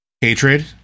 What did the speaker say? Hatred